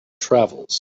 travels